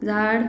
झाड